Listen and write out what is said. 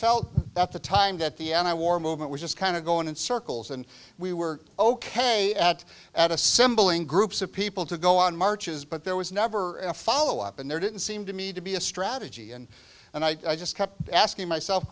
felt at the time that the anti war movement was just kind of going in circles and we were ok at at assembling groups of people to go on marches but there was never a follow up and there didn't seem to me to be a strategy and and i just kept asking myself